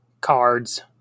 cards